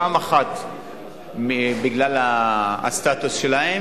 פעם אחת בגלל הסטטוס שלהם,